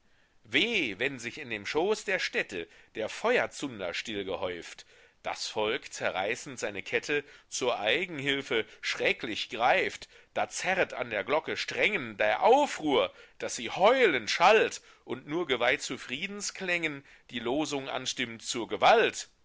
weh wenn sich in dem schoß der städte der feuerzunder still gehäuft das volk zerreißend seine kette zur eigenhilfe schrecklich greift da zerret an der glocke strängen der aufruhr daß sie heulend schallt und nur geweiht zu friedensklängen die losung anstimmt zur gewalt